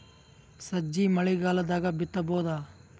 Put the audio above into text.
ಸಜ್ಜಿ ಮಳಿಗಾಲ್ ದಾಗ್ ಬಿತಬೋದ?